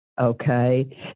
okay